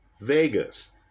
Vegas